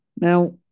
Now